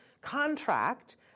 contract